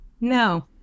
No